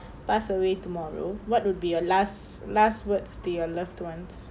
pass away tomorrow what would be your last last words to your loved ones